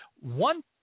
One